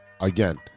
Again